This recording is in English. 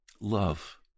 love